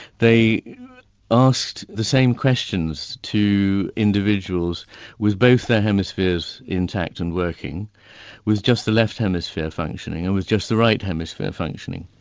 they asked the same questions to individuals with both their hemispheres intact and working with just the left hemisphere functioning, and with just the right hemisphere functioning.